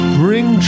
bring